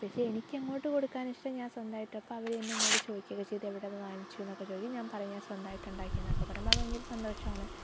പക്ഷേ എനിക്കങ്ങോട്ടു കൊടുക്കാൻ ഇഷ്ടം ഞാൻ സ്വന്തമായിട്ട് അപ്പോൾ അവർ തന്നെ ഇങ്ങോട്ട് ചോദിക്കുകയൊക്കെ ചെയ്തു അപ്പോൾ ഞാൻ പറയും ഞാൻ സ്വന്തമായിട്ട് ഉണ്ടാക്കിയെന്ന് അപ്പം പറയുമ്പോൾ അത് ഭയങ്കര സന്തോഷമാണ്